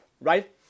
right